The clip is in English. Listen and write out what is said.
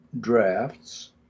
drafts